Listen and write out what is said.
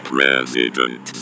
President